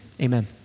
Amen